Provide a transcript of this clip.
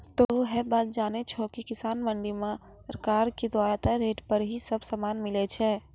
तोहों है बात जानै छो कि किसान मंडी मॅ सरकार के द्वारा तय रेट पर ही सब सामान मिलै छै